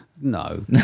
No